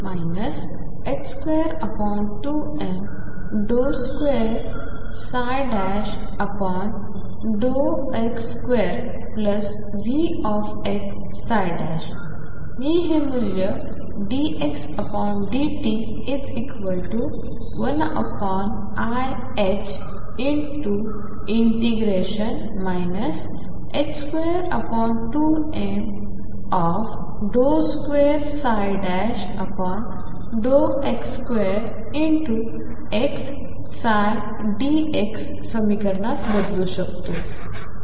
मी हे मूल्य ddt⟨x⟩1 iℏ 22m2x2xψdx समीकरणात बदलू शकतो